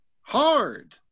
hard